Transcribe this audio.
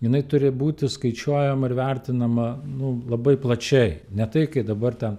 jinai turi būti skaičiuojama ir vertinama nu labai plačiai ne taip kaip dabar ten